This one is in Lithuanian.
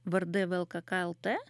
vardai vėelkaka lt